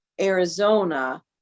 Arizona